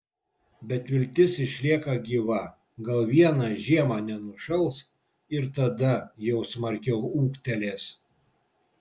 bet viltis išlieka gyva gal vieną žiemą nenušals ir tada jau smarkiau ūgtelės